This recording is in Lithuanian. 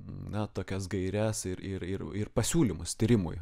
na tokias gaires ir ir ir pasiūlymus tyrimui